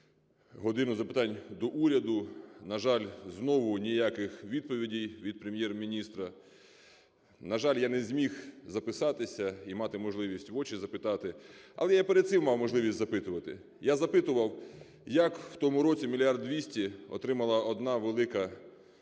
"годину запитань до Уряду". На жаль, знову ніяких відповідей від Прем’єр-міністра. На жаль, я не зміг записатися і мати можливість в очі запитати. Але я перед цим мав можливість запитувати. Я запитував, як у тому році мільярд двісті отримала одна велика